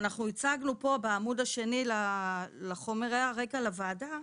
שאנחנו הצגנו פה, בעמוד השני לחומרי הרקע לוועדה.